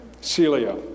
Celia